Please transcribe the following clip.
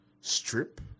strip